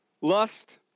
Lust